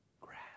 grass